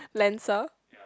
Lancer